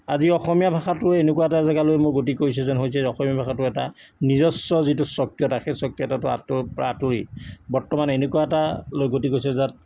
আজি অসমীয়া ভাষাটোৱে এনেকুৱা এটা জেগালৈ মূৰ গতি কৰিছে যেন হৈছে যে অসমীয়া ভাষাটো এটা নিজস্ব যিটো স্বকীয়তা সেই স্বকীয়তাটো প্ৰায় আঁতৰি বৰ্তমান এনেকুৱা এটালৈ গতি কৰিছে য'ত